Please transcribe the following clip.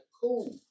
cool